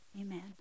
Amen